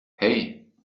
hei